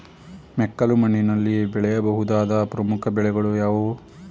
ಮೆಕ್ಕಲು ಮಣ್ಣಿನಲ್ಲಿ ಬೆಳೆಯ ಬಹುದಾದ ಪ್ರಮುಖ ಬೆಳೆಗಳು ಯಾವುವು?